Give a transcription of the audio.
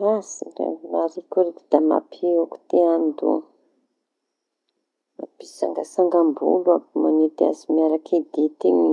ratsy da maharikoriko da mampiôky te andoa. Mampitsansangam-bolo aby mañety azy miaraky ditiñy.